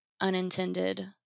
unintended